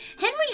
Henry